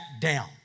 down